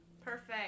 Perfect